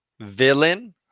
villain